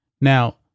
Now